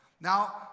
Now